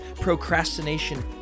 Procrastination